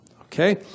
Okay